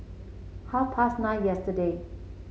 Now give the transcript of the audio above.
half past nine yesterday